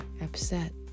upset